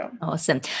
Awesome